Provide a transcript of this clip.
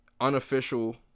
unofficial